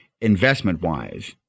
investment-wise